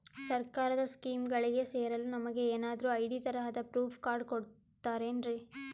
ಸರ್ಕಾರದ ಸ್ಕೀಮ್ಗಳಿಗೆ ಸೇರಲು ನಮಗೆ ಏನಾದ್ರು ಐ.ಡಿ ತರಹದ ಪ್ರೂಫ್ ಕಾರ್ಡ್ ಕೊಡುತ್ತಾರೆನ್ರಿ?